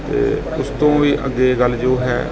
ਅਤੇ ਉਸ ਤੋਂ ਵੀ ਅੱਗੇ ਗੱਲ ਜੋ ਹੈ